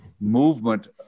movement